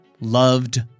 loved